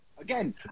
again